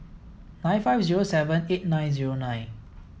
nine five zero seven eight nine zero nine